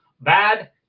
bad